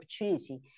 opportunity